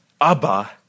Abba